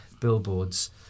billboards